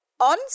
On